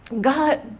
God